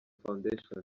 fondation